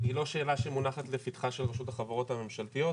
היא לא שאלה שמונחת לפתחה של רשות החברות הממשלתיות.